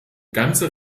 ganze